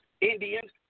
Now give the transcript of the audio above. Indians